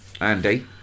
Andy